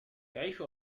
يعيش